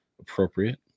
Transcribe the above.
appropriate